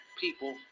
people